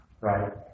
Right